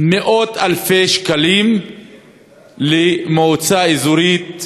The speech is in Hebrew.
מאות-אלפי שקלים למועצה האזורית מעלה-יוסף,